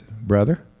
brother